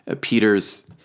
Peter's